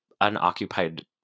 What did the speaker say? unoccupied